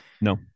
No